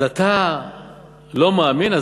אז אתה לא מאמין.